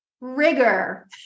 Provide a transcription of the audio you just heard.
Rigor